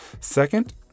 Second